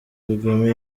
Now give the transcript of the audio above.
kagame